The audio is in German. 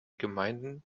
gemeinden